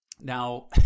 Now